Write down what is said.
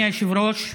היושב-ראש,